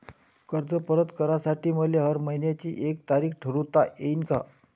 कर्ज परत करासाठी मले हर मइन्याची एक तारीख ठरुता येईन का?